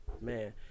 man